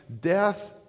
Death